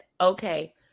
okay